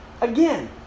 Again